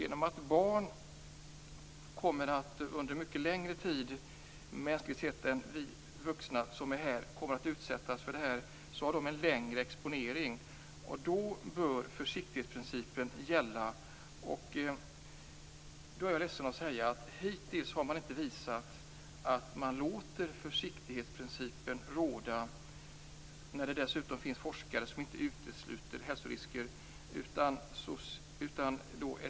Genom att barn mänskligt sett under mycket längre tid än vi vuxna kommer att utsättas för detta har de en längre exponering. Då bör försiktighetsprincipen gälla. Jag är ledsen att säga att man inte hittills har visat att man låter försiktighetsprincipen råda, trots att det finns forskare som inte utesluter hälsorisker.